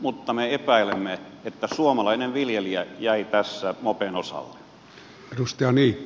mutta me epäilemme että suomalainen viljelijä jäi tässä mopen osalle